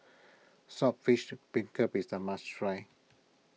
Saltfish Beancurd is a must try